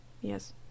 Yes